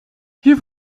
hier